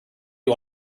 you